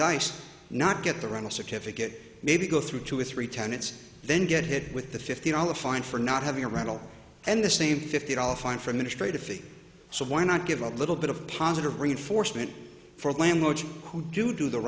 dice not get the run a certificate maybe go through two or three tenets then get hit with a fifty dollar fine for not having a rental and the same fifty dollar fine for ministry to feed so why not give a little bit of positive reinforcement for landlords who do do the